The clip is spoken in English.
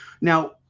now